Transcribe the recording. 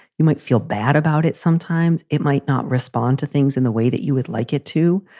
you might feel bad about it. sometimes it might not respond to things in the way that you would like it to.